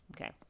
okay